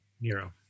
nero